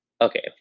okay